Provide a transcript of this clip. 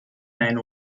main